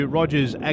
Rogers